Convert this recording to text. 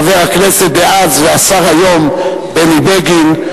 חבר הכנסת דאז והשר היום בני בגין.